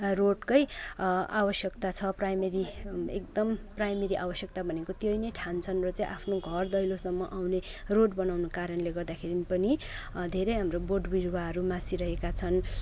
रोडकै आवश्यकता छ प्राइमेरी एकदम प्राइमेरी आवश्यकता भनेको त्यही नै ठान्छन् र चाहिँ आफ्नो घर दैलोसम्म आउने रोड बनाउनु कारणले गर्दाखेरि पनि धेरै हाम्रो बोट बिरुवाहरू मासिइरहेका छन